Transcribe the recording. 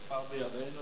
בימינו,